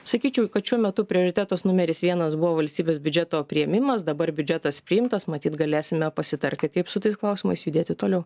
sakyčiau kad šiuo metu prioritetas numeris vienas buvo valstybės biudžeto priėmimas dabar biudžetas priimtas matyt galėsim vėl pasitarti kaip su tais klausimais judėti toliau